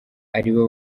aribo